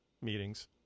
meetings